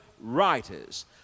writers